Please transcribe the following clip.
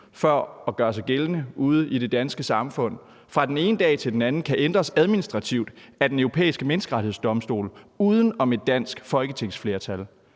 for at gøre sig gældende ude i det danske samfund, fra den ene dag til den anden kan ændres administrativt af Den Europæiske Menneskerettighedsdomstol uden om et dansk folketingsflertal?